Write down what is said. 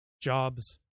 jobs